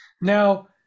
Now